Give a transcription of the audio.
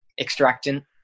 extractant